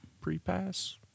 pre-pass